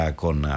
con